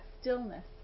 stillness